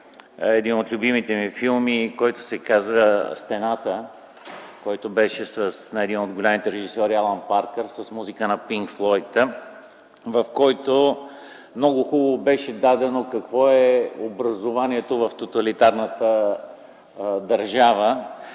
един от любимите ми филми, който се казва „Стената”, който беше на един от големите режисьори Алън Паркър с музика на „Пинк флойд”, много хубаво беше дадено какво е образованието в тоталитарната държава